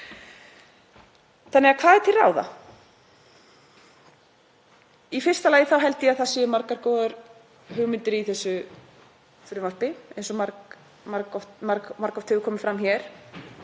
Þannig að hvað er til ráða? Í fyrsta lagi held ég að það séu margar góðar hugmyndir í þessu frumvarpi eins og margoft hefur komið fram hér